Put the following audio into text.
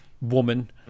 woman